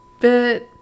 bit